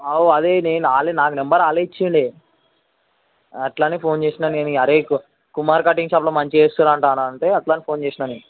అవును అదే నేను వాళ్ళు నాకు నెంబర్ వాళ్లు ఇచ్చిండే అట్లని ఫోన్ చేసిన నేను ఇగ అరే కు కుమార్ కటింగ్ షాపులో మంచిగా చేస్తుర్రు అంట అనంటే అట్లని ఫోన్ చేసిన నేను